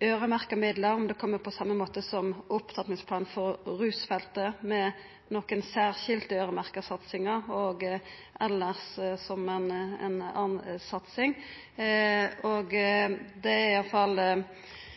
øyremerkte midlar, om det kjem på same måten som for opptrappingsplanen for rusfeltet, med nokre særskilde øyremerkte satsingar og elles som ei anna satsing. Det er iallfall